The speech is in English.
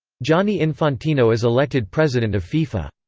gianni infantino is elected president of fifa.